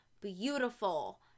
beautiful